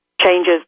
changes